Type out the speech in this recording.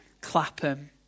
Clapham